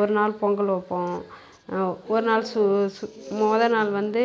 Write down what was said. ஒருநாள் பொங்கல் வைப்போம் ஒருநாள் சு சு மொதல் நாள் வந்து